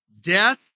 death